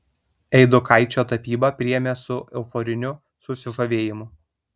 eidukaičio tapybą priėmė su euforiniu susižavėjimu